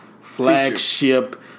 flagship